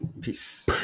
Peace